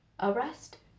arrested